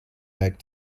back